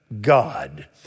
God